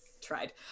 Tried